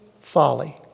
folly